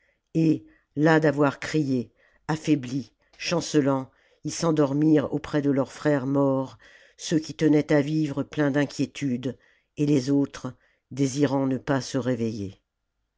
et las d'avoir crié affaibhs chancelants ils s'endormirent auprès de leurs frères morts ceux qui tenaient à vivre pleins d'inquiétudes et les autres désirant ne pas se réveiller